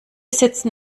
sitzen